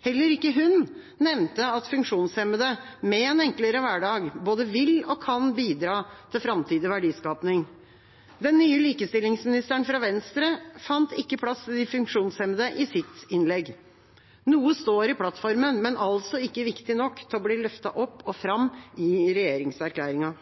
Heller ikke hun nevnte at funksjonshemmede med en enklere hverdag både vil og kan bidra til framtidig verdiskaping. Den nye likestillingsministeren fra Venstre fant ikke plass til de funksjonshemmede i sitt innlegg. Noe står i plattformen, men er altså ikke viktig nok til å bli løftet opp og fram i regjeringserklæringen.